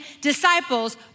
disciples